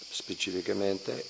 specificamente